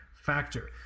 factor